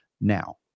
now